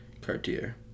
Cartier